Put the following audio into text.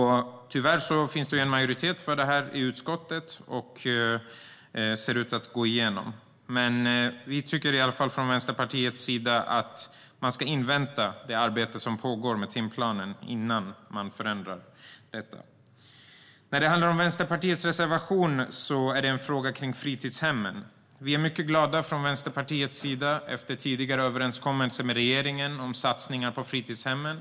Tyvärr finns det en majoritet för detta i utskottet, så det ser ut att gå igenom. Vänsterpartiet tycker dock att vi ska invänta det arbete med timplanen som pågår innan vi förändrar något. Vänsterpartiets egen reservation handlar om fritidshemmen. Vi i Vänsterpartiet är mycket glada över tidigare överenskommelse med regeringen om en satsning på fritidshemmen.